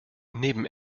neben